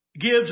gives